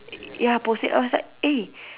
ya posting I was like eh